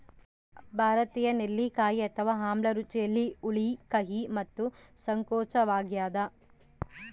ಭಾರತೀಯ ನೆಲ್ಲಿಕಾಯಿ ಅಥವಾ ಆಮ್ಲ ರುಚಿಯಲ್ಲಿ ಹುಳಿ ಕಹಿ ಮತ್ತು ಸಂಕೋಚವಾಗ್ಯದ